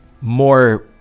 more